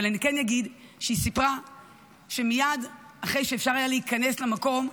אבל אני כן אגיד שהיא סיפרה שמייד אחרי שאפשר היה להיכנס למקום,